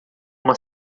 uma